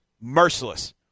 Merciless